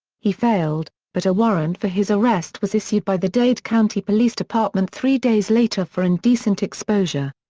he failed, but a warrant for his arrest was issued by the dade county police department three days later for indecent exposure.